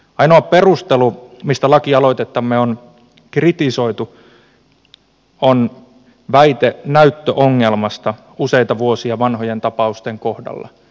ainoa perustelu mistä lakialoitettamme on kritisoitu on väite näyttöongelmasta useita vuosia vanhojen tapausten kohdalla